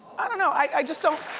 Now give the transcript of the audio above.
i don't know. i just don't.